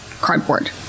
cardboard